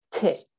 tip